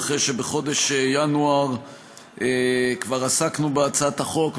אחרי שבחודש ינואר כבר עסקנו בהצעת החוק,